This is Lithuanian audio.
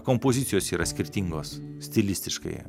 kompozicijos yra skirtingos stilistiškai